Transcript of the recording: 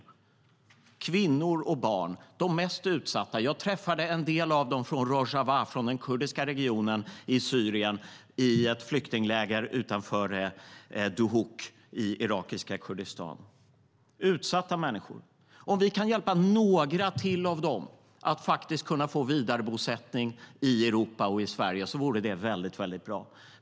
Det är kvinnor och barn och de mest utsatta. Jag träffade en del av dem från Rojava från den kurdiska regionen i Syrien i ett flyktingläger utanför Duhok i irakiska Kurdistan. Det är utsatta människor. Om vi kan hjälpa några till av dem att faktiskt få vidarebosättning i Europa och i Sverige vore det väldigt bra.